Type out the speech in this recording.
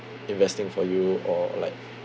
investing for you or like